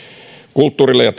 kulttuurille ja